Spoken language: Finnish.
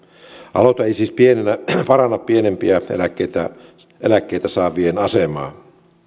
aloite ei siis paranna pienempiä eläkkeitä eläkkeitä saavien asemaa